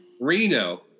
Reno